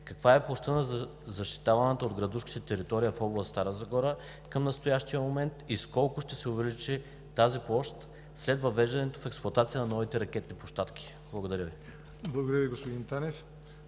Каква е площта на защитаваната от градушките територия в област Стара Загора към настоящия момент и с колко ще се увеличи тази площ след въвеждането в експлоатация на новите ракетни площадки? Благодаря Ви. ПРЕДСЕДАТЕЛ ЯВОР НОТЕВ: Благодаря Ви, господин Танев.